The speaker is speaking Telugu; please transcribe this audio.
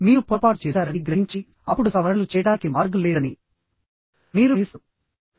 మీరు పొరపాటు చేశారని గ్రహించి అప్పుడు సవరణలు చేయడానికి మార్గం లేదని మీరు గ్రహిస్తారు